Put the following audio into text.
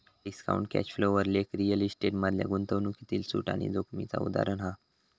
discounted cash flow वर लेख real estate मधल्या गुंतवणूकीतील सूट आणि जोखीमेचा उदाहरण हा